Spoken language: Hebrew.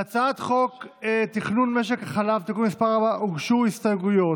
להצעת חוק תכנון משק החלב (תיקון מס' 4) הוגשו הסתייגויות.